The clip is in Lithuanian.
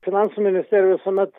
finansų ministerija visuomet